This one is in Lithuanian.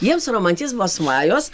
jiems romantizmo svajos